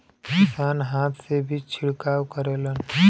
किसान हाथ से भी छिड़काव करेलन